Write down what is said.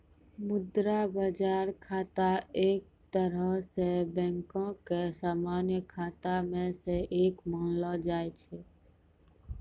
मुद्रा बजार खाता एक तरहो से बैंको के समान्य खाता मे से एक मानलो जाय छै